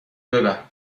ببر